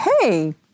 hey